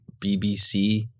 BBC